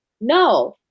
No